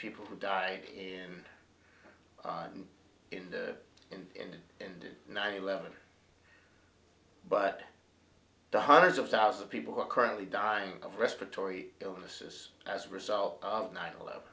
people who die in in india and nine eleven but the hundreds of thousands of people who are currently dying of respiratory illnesses as a result of nine eleven